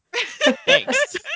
Thanks